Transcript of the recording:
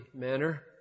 manner